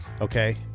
Okay